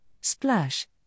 splash